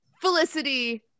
Felicity